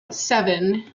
seven